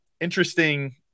interesting